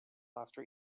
after